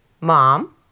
mom